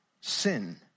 sin